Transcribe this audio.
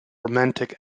romantic